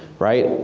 right?